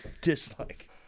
dislike